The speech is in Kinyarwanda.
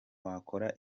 wakora